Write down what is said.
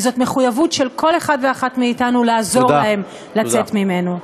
וזאת מחויבות של כל אחד ואחת מאתנו לעזור להם לצאת ממנו.